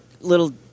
little